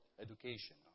education